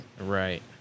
Right